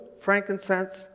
frankincense